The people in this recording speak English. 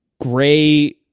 gray